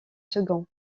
second